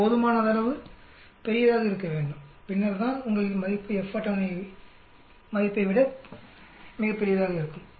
அது போதுமானதளவு பெரிதாக இருக்க வேண்டும் பின்னர் தான் உங்கள் மதிப்பு அட்டவணை மதிப்பை விட மிகப் பெரியதாக இருக்கும்